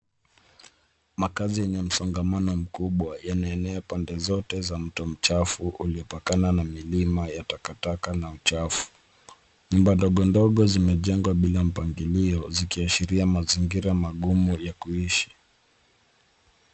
Makaazi yenye msongamano mkubwa yanaenea pande zote za mto mchafu uliyopakana na milima ya takataka na uchafu. Nyumba ndogo ndogo zimejengwa bila mpangilio zikiashiria mazingira magumu ya kuishi.